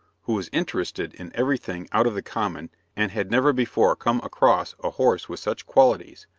who was interested in every thing out of the common, and had never before come across a horse with such qualities,